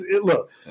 Look